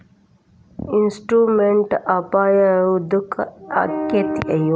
Investment ಅಪಾಯಾ ಯದಕ ಅಕ್ಕೇತಿ?